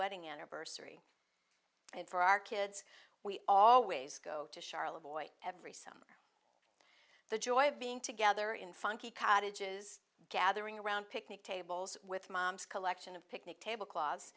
wedding anniversary and for our kids we always go to charlotte boyd every the joy of being together in funky cottages gathering around picnic tables with mom's collection of picnic table cloths